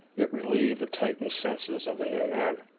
it relieved the tightened senses of the new men.